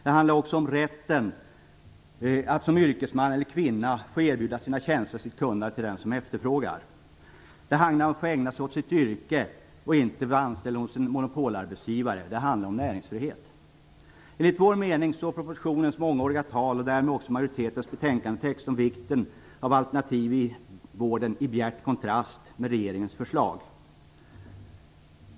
Det handlar också om rätten att som yrkesman eller kvinna få erbjuda sina tjänster och sitt kunnande till den som efterfrågar dessa. Det handlar om att få ägna sig åt sitt yrke, inte om att vara anställd hos en monopolarbetsgivare. Det handlar om näringsfrihet. Enligt vår mening står propositionens mångordiga tal och därmed också majoritetens betänkandetext om vikten av alternativ i vården i bjärt kontrast till regeringens förslag.